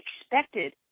expected